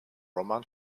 roman